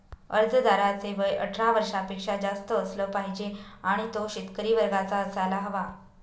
अर्जदाराचे वय अठरा वर्षापेक्षा जास्त असलं पाहिजे आणि तो शेतकरी वर्गाचा असायला हवा